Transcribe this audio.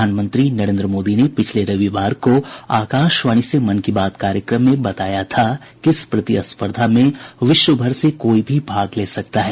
प्रधानमंत्री नरेन्द्र मोदी ने पिछले रविवार को आकाशवाणी से मन की बात कार्यक्रम में बताया था कि इस प्रतिस्पर्धा में विश्व भर से कोई भी भाग ले सकता है